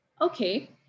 okay